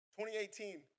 2018